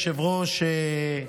אדוני היושב-ראש,